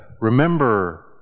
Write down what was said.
remember